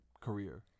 career